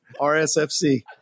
RSFC